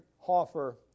Hoffer